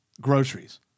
groceries